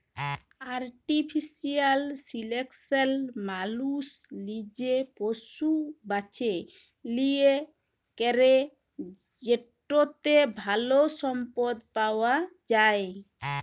artificial selection মালুস লিজে পশু বাছে লিয়ে ক্যরে যেটতে ভাল সম্পদ পাউয়া যায়